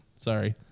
sorry